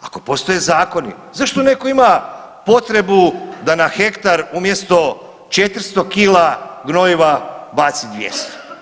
ako postoje zakoni, zašto netko ima potrebu da na hektar, umjesto 400 kila gnojiva, baci 200.